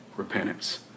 repentance